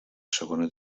segona